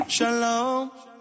Shalom